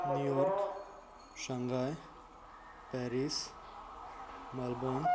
New York Shanghai Paris Melbourne